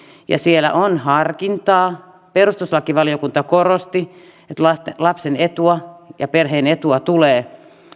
ja siellä on harkintaa perustuslakivaliokunta korosti että lapsen etua ja perheen etua tulee